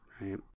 right